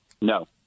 no